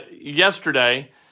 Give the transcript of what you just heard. yesterday